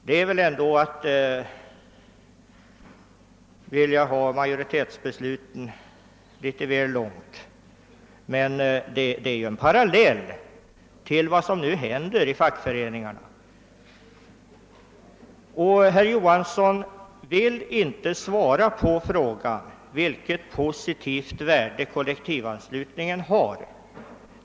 Detta vore att driva principen om majoritetsbeslut väl långt, men det är en parallell till vad som nu händer i fackföreningarna. Herr Johansson vill inte svara på frågan, vilket positivt värde kollektivanslutningen har.